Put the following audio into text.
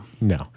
No